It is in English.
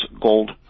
gold